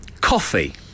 Coffee